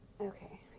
Okay